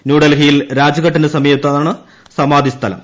ന്യൂഡൽഹിയിൽ രാജ്ഘട്ടിന് സമീപത്താണ് സമാധി സ്ഥലം